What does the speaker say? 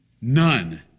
None